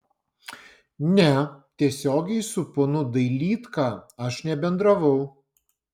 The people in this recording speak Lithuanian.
ne tiesiogiai su ponu dailydka aš nebendravau